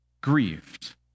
grieved